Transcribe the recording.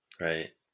Right